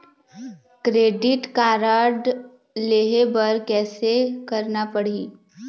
Credit card लेहे बर कैसे करना पड़ही?